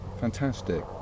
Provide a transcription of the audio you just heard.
fantastic